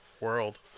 world